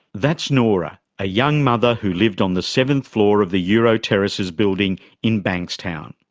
that's noora, a young mother who lived on the seventh floor of the euro terraces building in bankstown.